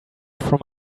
from